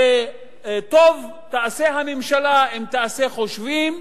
וטוב תעשה הממשלה אם תעשה חושבים,